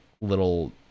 little